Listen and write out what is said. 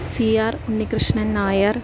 C R Unnikrishnan Nair